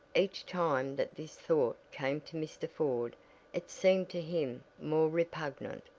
each time that this thought came to mr. ford it seemed to him more repugnant.